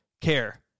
care